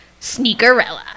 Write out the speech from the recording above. Sneakerella